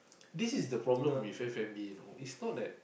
this is the problem with F-and-B you know it's not that